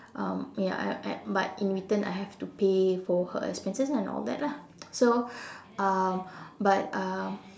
um ya at at but in return I have to pay for her expenses and all that lah so um but um